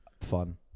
fun